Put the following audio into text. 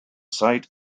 site